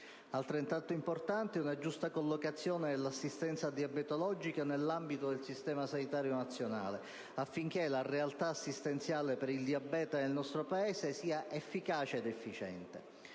Altrettanto importante è una giusta collocazione dell'assistenza diabetologica nell'ambito del Servizio sanitario nazionale affinché la realtà assistenziale per il diabete nel nostro Paese sia efficace ed efficiente.